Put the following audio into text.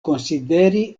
konsideri